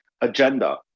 agenda